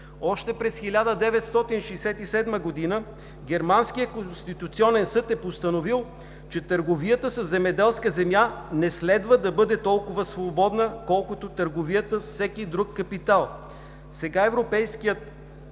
Още през 1967 г. германският Конституционен съд е постановил, че търговията със земеделска земя не следва да бъде толкова свободна, колкото търговията с всеки други капитал. Сега Европейският